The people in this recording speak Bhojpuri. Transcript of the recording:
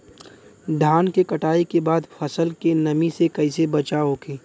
धान के कटाई के बाद फसल के नमी से कइसे बचाव होखि?